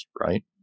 right